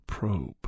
Probe